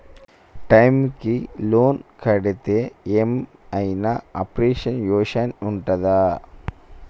Time కి loan కడ్తే ఏం ఐనా అప్రిషియేషన్ ఉంటదా?